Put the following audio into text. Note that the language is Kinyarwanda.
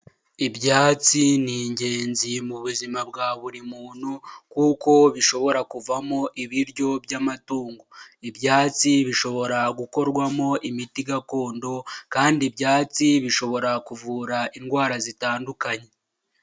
Ibyatsi ni ingenzi mu buzima bwa buri muntu kuko bishobora kuvamo ibiryo by'amatungo, ibyatsi bishobora gukorwamo imiti gakondo kandi ibyatsi bishobora kuvura indwara zitandukanye.